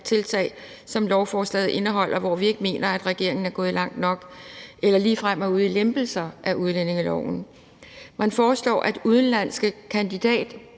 tiltag i lovforslaget, hvor vi ikke mener at regeringen er gået langt nok eller ligefrem er ude i lempelser af udlændingeloven. Man foreslår, at udenlandske